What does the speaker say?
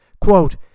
Quote